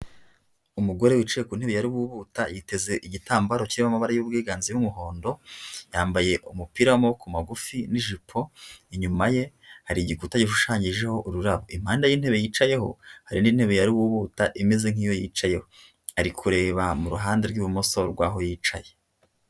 Umugore wicaye ku ntebe ya rububuta yiteze igitambaro cyirimo amabara y'ubwiganze y'umuhondo, yambaye umupira w'amaboko magufi n'ijipo, inyuma ye hari igikuta gishushanyijeho ururabo. Impande y'intebe yicayeho hari n'indi ntebe ya rububuta imeze nk'iyo yicayeho ,ari kureba mu ruhande rw'ibumoso rwaho yicaye.